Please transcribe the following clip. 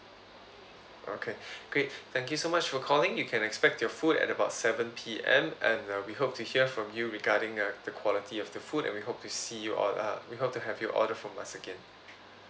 okay great thank you so much for calling you can expect your food at about seven P_M and uh we hope to hear from you regarding uh the quality of the food and we hope to see you all uh we hope to have you order from us again